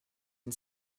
and